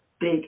big